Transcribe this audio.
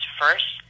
first